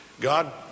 God